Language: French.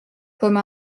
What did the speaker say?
comme